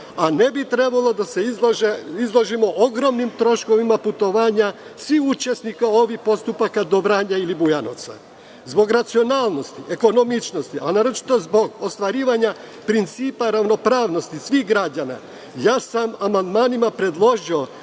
Ne bi trebalo da se izlažemo ogromnim troškovima putovanja svih učesnika ovih postupaka do Vranja ili Bujanovca. Zbog racionalnosti, ekonomičnosti, a naročito zbog ostvarivanja principa ravnopravnosti svih građana, ja sam amandmanima predložio